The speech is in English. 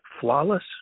flawless